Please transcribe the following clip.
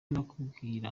nakubwira